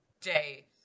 day